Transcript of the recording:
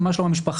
מה שלום המשפחה?